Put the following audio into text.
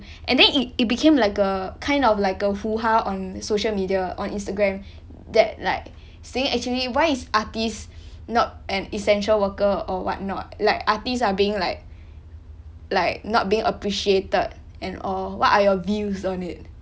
and then it it became like a kind of like a hoo-ha on social media on instagram that like saying actually why is artist not an essential worker or what not like artists are being like like not being appreciated and all what are your views on it